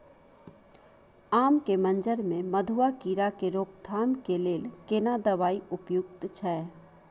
आम के मंजर में मधुआ कीरा के रोकथाम के लेल केना दवाई उपयुक्त छै?